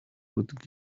would